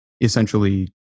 essentially